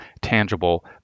tangible